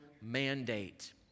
mandate